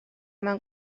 mewn